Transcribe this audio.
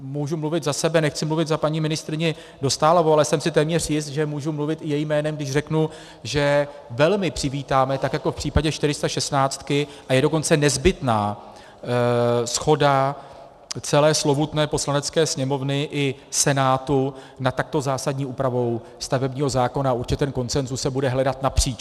Mohu mluvit za sebe, nechci mluvit za paní ministryni Dostálovou, ale jsem si téměř jist, že můžu mluvit i jejím jménem, když řeknu, že velmi přivítáme tak jako v případě 416, a je dokonce nezbytná shoda celé slovutné Poslanecké sněmovny i Senátu nad takto zásadní úpravou stavebního zákona a určitě konsenzus se bude hledat napříč.